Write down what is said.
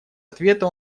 ответа